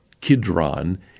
Kidron